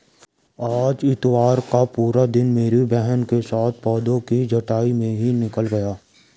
आज इतवार का पूरा दिन मेरी बहन के साथ पौधों की छंटाई में ही निकल गया